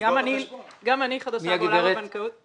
גם אני חדשה בעולם הבנקאות -- מי הגברת?